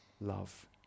love